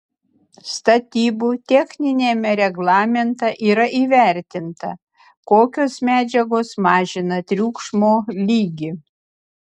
statybų techniniame reglamente yra įvertinta kokios medžiagos mažina triukšmo lygį